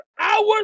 hours